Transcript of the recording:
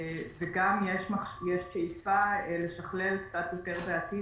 וגם יש שאיפה לשכלל קצת יותר בעתיד